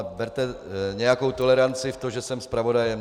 Berte nějakou toleranci na to, že jsem zpravodajem.